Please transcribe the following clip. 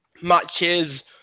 matches